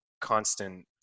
constant